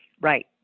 Right